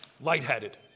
lightheaded